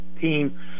team